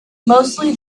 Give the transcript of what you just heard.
mostly